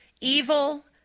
evil